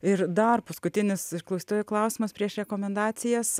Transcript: ir dar paskutinis ir klausytojo klausimas prieš rekomendacijas